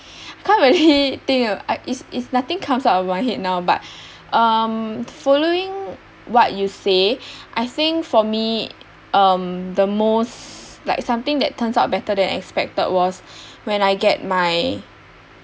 I can't really think uh is is nothing comes out of my head now but um following what you say I think for me uh the most like something that turns out better than expected was when I get my